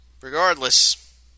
Regardless